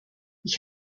ich